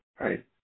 right